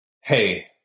Hey